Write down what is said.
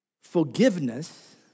Forgiveness